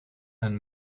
een